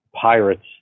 pirates